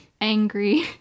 angry